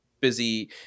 busy